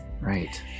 Right